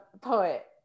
poet